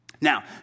Now